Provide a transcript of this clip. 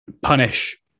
punish